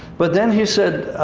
but then he said,